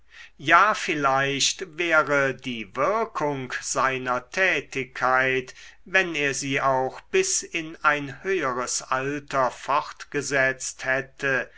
ja vielleicht wäre die wirkung seiner tätigkeit wenn er sie auch bis in ein höheres alter fortgesetzt hätte